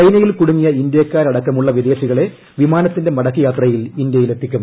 ചൈനയിൽ കുടുങ്ങിയ ഇന്ത്യാക്കാരടക്കമുളള വിദേശികളെ വിമാനത്തിന്റെ മടക്കയാത്രയിൽ ഇന്ത്യയിലെത്തിക്കും